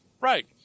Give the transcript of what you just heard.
Right